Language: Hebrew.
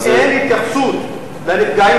אין התייחסות לנפגעים